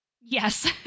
Yes